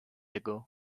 ago